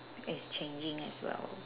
is changing as well